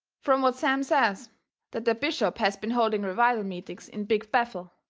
from what sam says that there bishop has been holding revival meetings in big bethel,